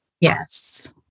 Yes